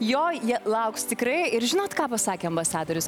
jo jie lauks tikrai ir žinot ką pasakė ambasadorius